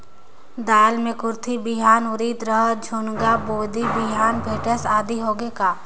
दाल मे कुरथी बिहान, उरीद, रहर, झुनगा, बोदी बिहान भटेस आदि होगे का?